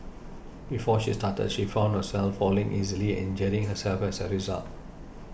before she started she found herself falling easily and injuring herself as a result